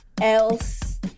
else